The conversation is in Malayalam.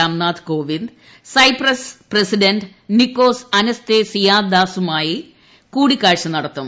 Ramnath Kovind Cyprus president Nicos അനസ്തേ സിയാദാസുമായി കൂടിക്കാഴ്ച നടത്തും